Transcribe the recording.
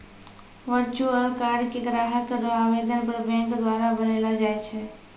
virtual card के ग्राहक रो आवेदन पर बैंक द्वारा बनैलो जाय छै